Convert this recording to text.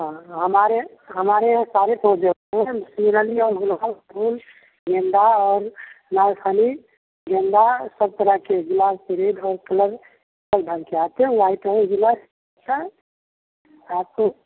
हाँ हमारे हमारे यहाँ सारे पौधे होते है निरालिया गुलाब फूल गेंदा नागफनी गेंदा सब तरह के गुलाब मतलब कई ढंग के आते है लाल पीला गुलाब है आपको